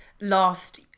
last